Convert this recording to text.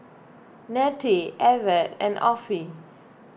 Nettie Evette and Offie